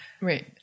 Right